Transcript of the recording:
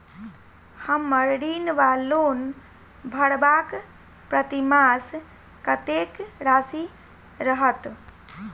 हम्मर ऋण वा लोन भरबाक प्रतिमास कत्तेक राशि रहत?